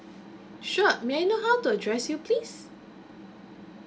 sure may I know how to address you please